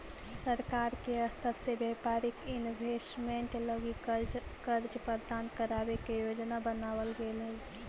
सरकार के स्तर से व्यापारिक इन्वेस्टमेंट लगी कर्ज प्रदान करावे के योजना बनावल गेले हई